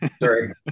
Sorry